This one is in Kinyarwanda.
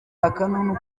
akanunu